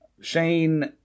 Shane